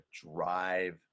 drive